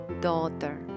daughter